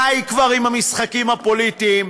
די כבר עם המשחקים הפוליטיים.